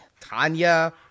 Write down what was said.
Tanya